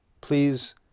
Please